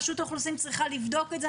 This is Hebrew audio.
רשות האוכלוסין צריכה לבדוק את זה,